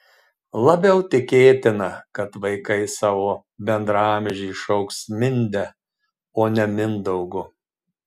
labiau tikėtina kad vaikai savo bendraamžį šauks minde o ne mindaugu